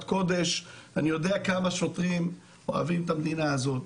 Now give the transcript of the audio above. אני יודע כמה השוטרים אוהבים את המדינה הזאת,